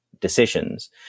decisions